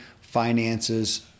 finances